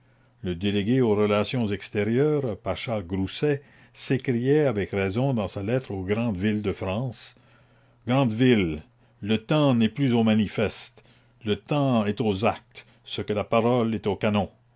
le délégué aux relations extérieures paschal grousset s'écriait avec raison dans sa lettre aux grandes villes de france grandes villes le temps n'est plus aux manifestes le temps est aux actes ce que la parole est au canon